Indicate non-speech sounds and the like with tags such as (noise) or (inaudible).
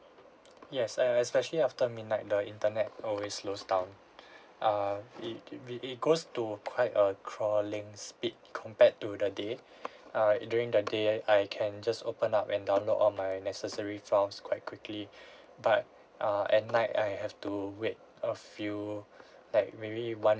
yes uh especially after midnight the internet always slows down (breath) err it it it goes to quite a crawling speed compared to the day (breath) err during the day I can just open up and down load all my necessary files quite quickly (breath) but err at night I have to wait a few like maybe one